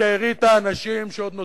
בשארית האנשים שעוד נותרו,